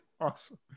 Awesome